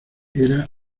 era